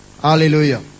Hallelujah